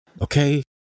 Okay